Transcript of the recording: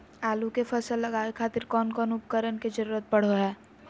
आलू के फसल लगावे खातिर कौन कौन उपकरण के जरूरत पढ़ो हाय?